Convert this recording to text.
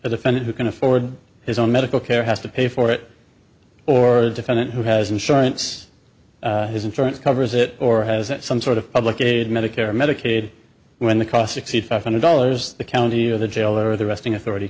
defendant who can afford his own medical care has to pay for it or the defendant who has insurance his insurance covers it or has some sort of public aid medicare medicaid when the cross exceed five hundred dollars the county of the jail or the arresting authority